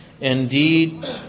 Indeed